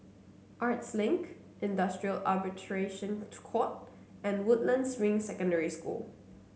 Arts Link Industrial Arbitration Court and Woodlands Ring Secondary School